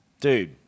Dude